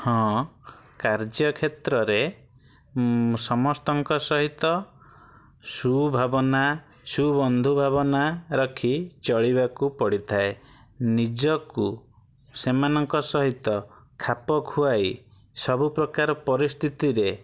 ହଁ କାର୍ଯ୍ୟକ୍ଷେତ୍ରରେ ସମସ୍ତଙ୍କ ସହିତ ସୁଭାବନା ସୁବନ୍ଧୁ ଭାବନା ରଖି ଚଳିବାକୁ ପଡ଼ିଥାଏ ନିଜକୁ ସେମାନଙ୍କ ସହିତ ଖାପଖୁଆଇ ସବୁପ୍ରକାର ପରିସ୍ଥିତିରେ